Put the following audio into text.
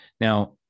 Now